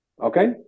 Okay